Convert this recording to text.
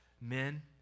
Men